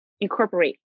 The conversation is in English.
incorporate